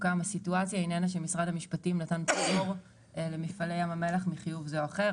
הסיטואציה אינו שמשרד המשפטים נתן פטור למפעלי ים המלח וחיוב זה או אחר.